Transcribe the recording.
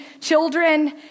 Children